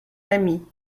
ami